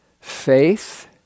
faith